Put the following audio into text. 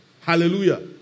Hallelujah